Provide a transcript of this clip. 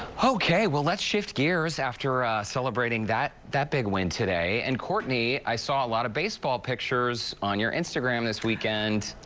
okay, well, let's shift gears. after celebrating that that big win today, and courtney, i saw a lot of baseball pictures on your instagram this weekend.